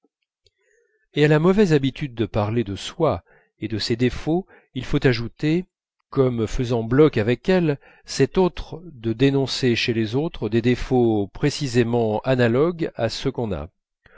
et à la mauvaise habitude de parler de soi et de ses défauts il faut ajouter comme faisant bloc avec elle cette autre de dénoncer chez les autres des défauts précisément analogues à ceux qu'on a